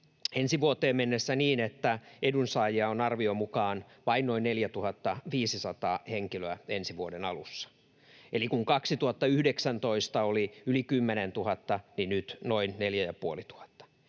ensi vuoteen mennessä niin, että edunsaajia on arvion mukaan vain noin 4 500 henkilöä ensi vuoden alussa. Eli kun 2019 heitä oli yli 10 000, niin nyt noin 4 500.